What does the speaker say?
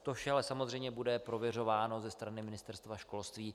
To vše ale samozřejmě bude prověřováno ze strany Ministerstva školství.